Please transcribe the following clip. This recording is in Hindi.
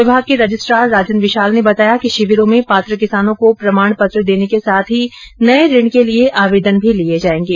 विभाग के रजिस्ट्रार राजन विशाल ने बताया कि शिविरों में पात्र किसानों को प्रमाण पत्र देने के साथ ही नये ऋण के लिये आवेदन भी लिये जायेंगे